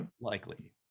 likely